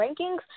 rankings